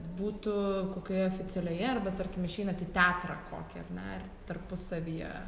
būtų kokioje oficialioje arba tarkim išeinat į teatrą kokį ar ne ir tarpusavyje